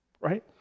right